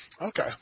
Okay